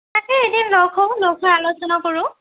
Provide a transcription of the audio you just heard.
তাকেই এদিন লগ হওঁ লগ হৈ আলোচনা কৰোঁ